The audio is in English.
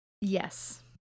yes